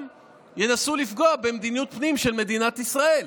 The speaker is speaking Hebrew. ינסו לפגוע במדיניות פנים של מדינת ישראל,